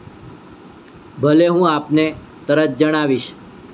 ભલે હું આપને તરત જણાવીશ